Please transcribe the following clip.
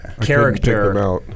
character